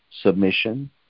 submission